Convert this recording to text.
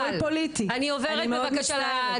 הכול פוליטי, נכון, אני מאוד מצטערת.